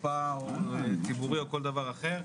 קופה או ציבורי או כל דבר אחר,